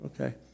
Okay